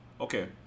Okay